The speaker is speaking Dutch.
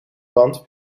wand